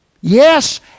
yes